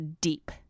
deep